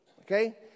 Okay